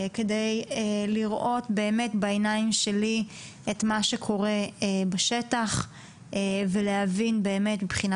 כדי לראות באמת בעיניים שלי את מה שקורה בשטח ולהבין מבחינה